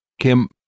Kim